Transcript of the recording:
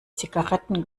zigaretten